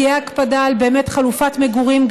תהיה הקפדה על חלופת מגורים,